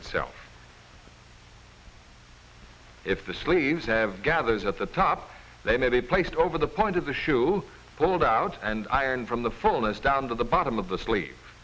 itself if the sleeves and gathers at the top they may be placed over the point of the shoe pulled out and iron from the fullness down to the bottom of the slee